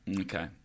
Okay